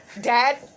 Dad